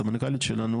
הסמנכ"לית שלנו,